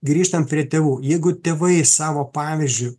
grįžtant prie tėvų jeigu tėvai savo pavyzdžiu